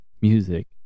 music